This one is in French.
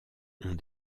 ont